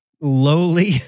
lowly